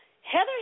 Heather